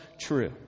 true